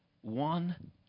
one